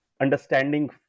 understanding